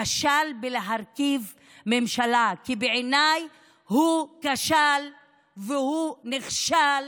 כשל בלהרכיב ממשלה, כי בעיניי הוא כשל והוא נכשל